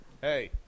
Hey